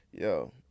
Yo